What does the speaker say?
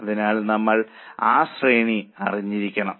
അതിനാൽ നമ്മൾ ആ ശ്രേണി അറിഞ്ഞിരിക്കണം